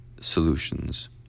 solutions